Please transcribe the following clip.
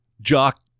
jock